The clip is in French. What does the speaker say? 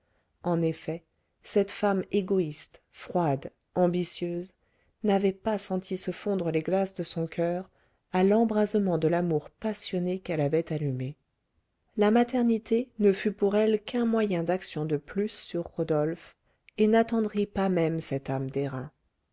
en effet cette femme égoïste froide ambitieuse n'avait pas senti se fondre les glaces de son coeur à l'embrasement de l'amour passionné qu'elle avait allumé la maternité ne fut pour elle qu'un moyen d'action de plus sur rodolphe et n'attendrit pas même cette âme